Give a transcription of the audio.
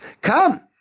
Come